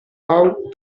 pau